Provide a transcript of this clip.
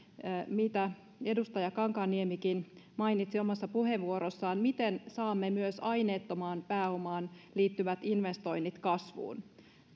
minkä edustaja kankaanniemikin mainitsi omassa puheenvuorossaan miten saamme myös aineettomaan pääomaan liittyvät investoinnit kasvuun